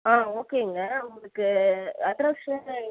ஆ ஓகேங்க உங்களுக்கு அட்ரஸ்ஸு